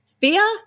Fear